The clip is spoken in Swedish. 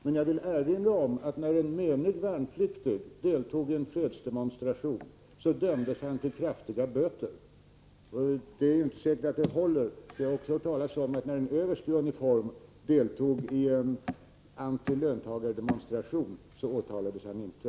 Men jag vill erinra om att när en menig värnpliktig deltog i en fredsdemonstration dömdes han till kraftiga böter. Det är inte säkert att den domen håller, för jag har också hört talas om att när en överste i uniform deltog i en antilöntagarfondsdemonstration så åtalades han inte.